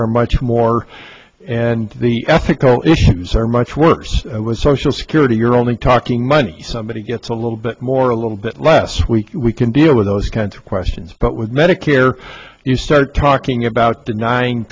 are much more and the ethical issues are much worse was social security you're only talking money somebody gets a little bit more a little bit less we we can deal with those kinds of questions but with medicare you start talking about denying